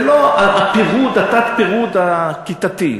ולא הפירוד, התת-פירוד הכיתתי.